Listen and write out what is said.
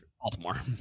Baltimore